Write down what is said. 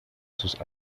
sus